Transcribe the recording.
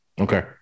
okay